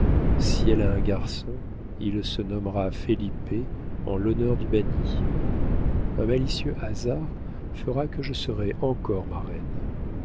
elle a un garçon il se nommera felipe en l'honneur du banni un malicieux hasard fera que je serai encore marraine